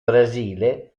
brasile